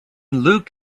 luke